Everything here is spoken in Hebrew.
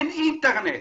אין אינטרנט.